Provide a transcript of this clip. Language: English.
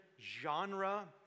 genre